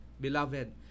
beloved